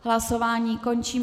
Hlasování končím.